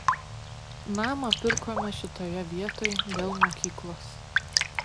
namą pirkome šitoje vietoj dėl mokyklos